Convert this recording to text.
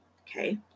Okay